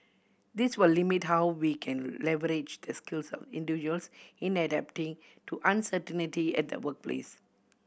this will limit how we can leverage the skills of individuals in adapting to uncertainty at the workplace